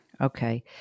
Okay